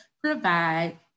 provide